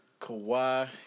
Kawhi